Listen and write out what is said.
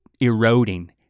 eroding